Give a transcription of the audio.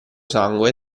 sangue